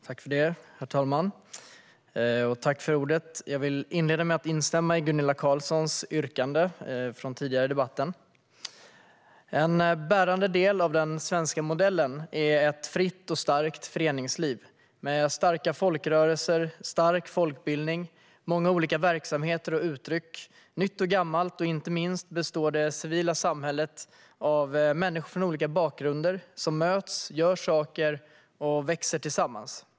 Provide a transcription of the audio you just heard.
Herr talman! Jag vill inleda med att instämma i Gunilla Carlssons yrkande från tidigare i debatten. En bärande del av den svenska modellen är ett fritt och starkt föreningsliv med starka folkrörelser och stark folkbildning, många olika verksamheter och uttryck, nytt och gammalt. Inte minst består det civila samhället av människor från olika bakgrunder som möts, gör saker och växer tillsammans.